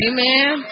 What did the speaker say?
Amen